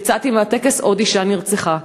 יצאתי מהטקס, עוד אישה נרצחה.